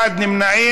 אחד נמנע.